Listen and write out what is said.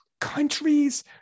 countries